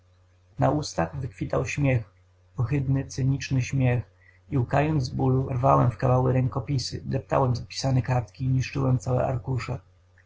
na ustach wykwitał śmiech ohydny cyniczny śmiech i łkając z bólu rwałem w kawały rękopisy deptałem zapisane kartki niszczyłem całe arkusze